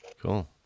Cool